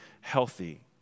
healthy